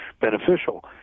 beneficial